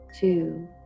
two